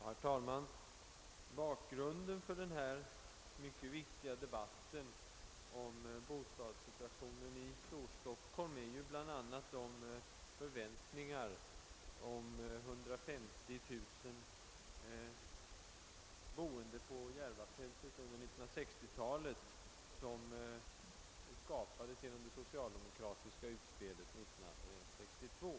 Herr talman! Bakgrunden till denna mycket viktiga debatt om bostadssituationen i Storstockholm är ju bl.a. de förväntningar om bostäder för 150 000 människor på Järvafältet under 1960 talet, som skapades genom det socialdemokratiska utspelet 1962.